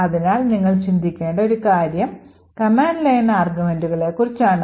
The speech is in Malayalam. അതിനാൽ നിങ്ങൾ ചിന്തിക്കേണ്ട ഒരു കാര്യം കമാൻഡ് ലൈൻ ആർഗ്യുമെന്റുകളെക്കുറിച്ചാണ്